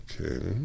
Okay